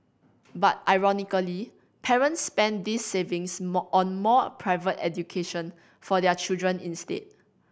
but ironically parents spent these savings more on more private education for their children instead